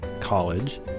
college